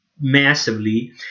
massively